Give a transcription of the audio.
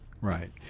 Right